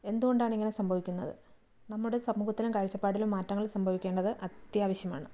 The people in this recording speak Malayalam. എന്തുകൊണ്ടാണ് ഇങ്ങനെ സംഭവിക്കുന്നത് നമ്മുടെ സമൂഹത്തിനും കാഴ്ചപ്പാടിലും മാറ്റങ്ങൾ സംഭവിക്കേണ്ടത് അത്യാവശ്യമാണ്